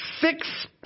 six